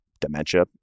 Dementia